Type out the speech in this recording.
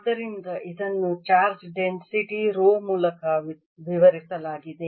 ಆದ್ದರಿಂದ ಇದನ್ನು charge density rho ಮೂಲಕ ವಿವರಿಸಲಾಗಿದೆ